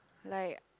like